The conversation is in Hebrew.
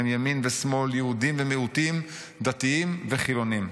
הם ימין ושמאל, יהודים ומיעוטים, דתיים וחילונים.